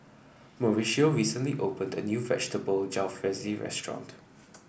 Mauricio recently opened a new Vegetable Jalfrezi restaurant